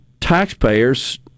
taxpayers